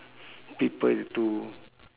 people to